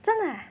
真的 ah